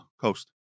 coast